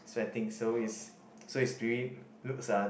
sweating so is so is really looks uh